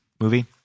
movie